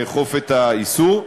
לאכוף את האיסור,